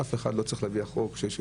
אף אחד לא צריך להביא את זה בחוק.